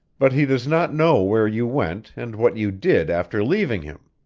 but he does not know where you went and what you did after leaving him.